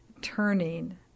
turning